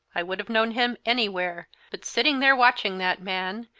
i would have known him anywhere, but sitting there, watching that man,